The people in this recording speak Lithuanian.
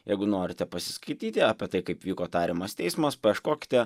jeigu norite pasiskaityti apie tai kaip vyko tariamas teismas paieškokite